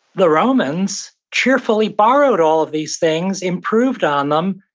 the romans cheerfully borrowed all of these things, improved on them,